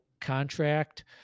contract